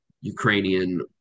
Ukrainian